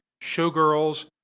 Showgirls